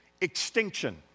extinction